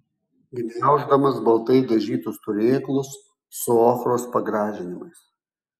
gniauždamas baltai dažytus turėklus su ochros pagražinimais